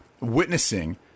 witnessing